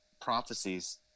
prophecies